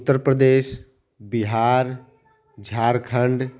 Uttar Pradesh Bihar Jharkhand